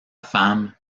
femme